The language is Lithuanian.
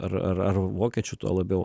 ar ar ar vokiečių tuo labiau